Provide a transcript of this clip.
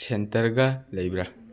ꯁꯦꯟꯇꯔꯒ ꯂꯩꯕ꯭ꯔꯥ